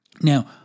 Now